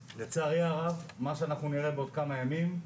ולצערי הרב מה שאנחנו נראה בעוד כמה ימים זה